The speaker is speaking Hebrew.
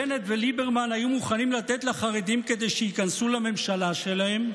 בנט וליברמן היו מוכנים לתת לחרדים כדי שייכנסו לממשלה שלהם?